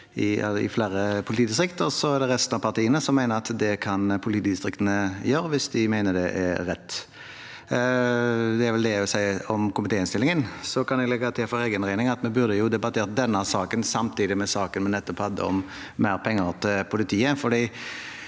i flere politidistrikt, og resten av partiene mener at det kan politidistriktene opprette hvis de mener det er rett. Det er vel det jeg vil si om komitéinnstillingen. Jeg kan legge til for egen regning at vi burde debattert denne saken samtidig med saken vi nettopp hadde om mer penger til politiet,